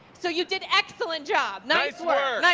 so you did excellent job. nice work!